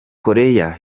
korea